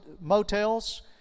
motels